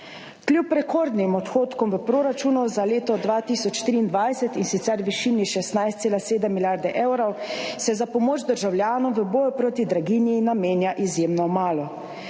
Kljub rekordnim odhodkom v proračunu za leto 2023, in sicer v višini 16,7 milijarde evrov, se za pomoč državljanom v boju proti draginji namenja izjemno malo